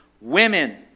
Women